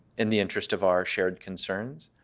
in the interest of our shared concerns.